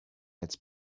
its